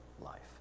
life